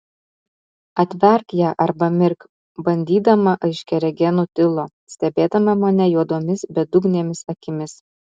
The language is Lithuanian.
atverk ją arba mirk bandydama aiškiaregė nutilo stebėdama mane juodomis bedugnėmis akimis